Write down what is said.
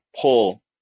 pull